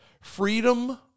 Freedom